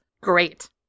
Great